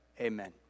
amen